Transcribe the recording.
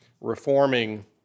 reforming